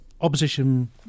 Opposition